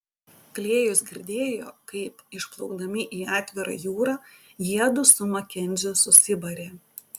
klėjus girdėjo kaip išplaukdami į atvirą jūrą jiedu su makenziu susibarė